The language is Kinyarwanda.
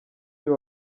uyu